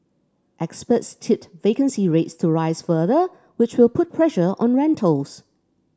experts tipped vacancy rates to rise further which will put pressure on rentals